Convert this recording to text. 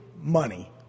money